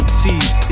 sees